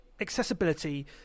accessibility